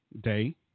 day